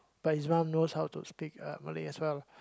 but he's mum knows how to speak uh Malay as well